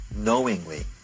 knowingly